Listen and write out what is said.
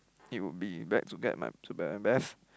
it will be back to get my to get my best